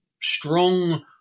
strong